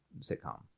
sitcom